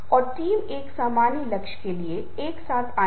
मैं कैसे प्रेरित होऊंगा इसके कई कारक हैं